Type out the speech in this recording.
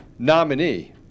nominee